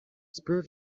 spirit